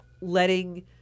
letting